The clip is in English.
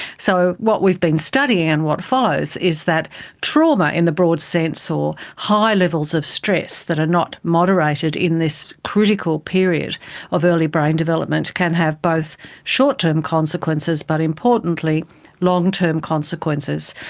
so what we've been studying and what follows is that trauma, in the broad sense, or high levels of stress that are not moderated in this critical period of early brain development can have both short-term consequences but importantly long-term consequences.